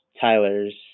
tyler's